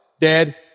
Dead